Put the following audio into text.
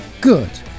Good